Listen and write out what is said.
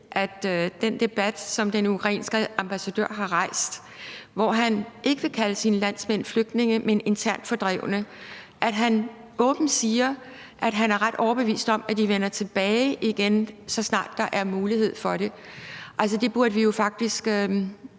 at i den debat, som den ukrainske ambassadør har rejst, hvor han ikke vil kalde sine landsmænd flygtninge, men internt fordrevne, og hvor han åbent siger, at han er ret overbevist om, at de vender tilbage igen, så snart der er mulighed for det, burde det jo altså